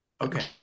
Okay